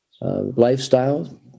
Lifestyle